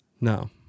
No